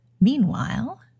Meanwhile